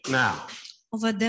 now